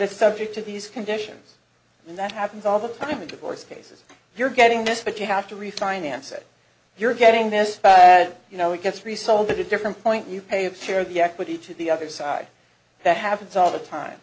it's subject to these conditions and that happens all the time the divorce cases you're getting this but you have to refinance it you're getting this bad you know it gets resold at a different point you pay of share the equity to the other side that happens all the time